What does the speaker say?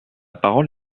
parole